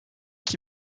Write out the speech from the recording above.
qui